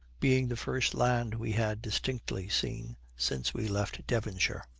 being the first land we had distinctly seen since we left devonshire.